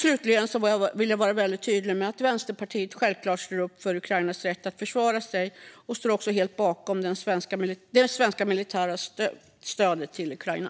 Slutligen vill jag vara väldigt tydlig med att Vänsterpartiet självklart står upp för Ukrainas rätt att försvara sig och helt står bakom det svenska militära stödet till Ukraina.